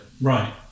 Right